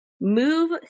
Move